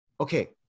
okay